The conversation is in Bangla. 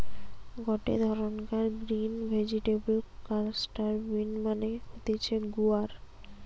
গটে ধরণকার গ্রিন ভেজিটেবল ক্লাস্টার বিন মানে হতিছে গুয়ার